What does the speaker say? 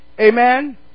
Amen